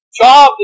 job